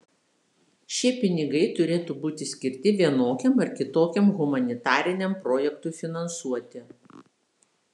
šie pinigai turėtų būti skirti vienokiam ar kitokiam humanitariniam projektui finansuoti